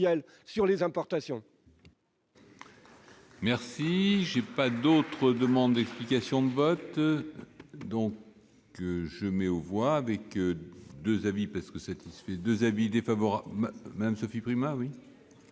sur les importations